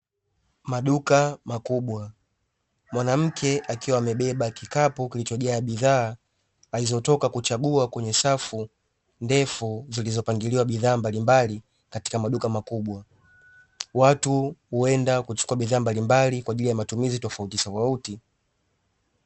Maduka makubwa mwanamke akiwa amebeba kikapu kilichojaa bidhaa alizotoka kuchagua kwenye safu ndefu, zilizopangiliwa bidhaa mbalimbali katika maduka makubwa, watu huenda kuchukua bidhaa mbalimbali kwa ajili ya matumizi tofautitofauti.